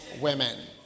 women